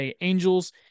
Angels